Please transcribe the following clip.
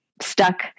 stuck